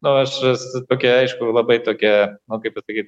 nu aš esu tokia aišku labai tokia kaip pasakyt